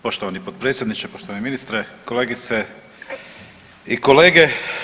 Poštovani potpredsjedniče, poštovani ministre, kolegice i kolege.